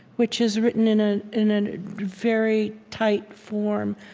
which is written in ah in a very tight form.